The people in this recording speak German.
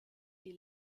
die